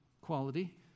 quality